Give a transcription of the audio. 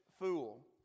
fool